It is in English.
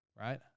right